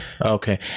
Okay